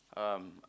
um